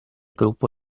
gruppo